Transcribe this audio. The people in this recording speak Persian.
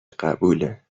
قبوله